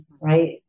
right